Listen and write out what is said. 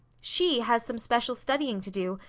she has some special studying to do,